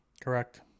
Correct